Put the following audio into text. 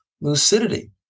lucidity